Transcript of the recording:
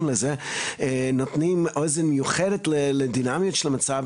לעניין הזה נותן איזו שהיא אוזן מיוחדת לדינאמיות של המצב